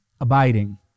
abiding